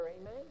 amen